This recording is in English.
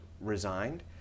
resigned